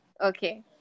Okay